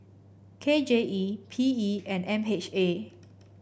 K J E P E and M H A